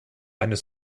eines